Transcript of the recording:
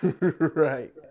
Right